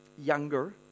younger